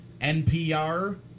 NPR